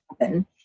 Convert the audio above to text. happen